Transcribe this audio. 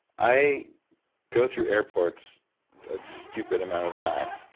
i go through airports a stupid amount of the time.